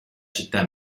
città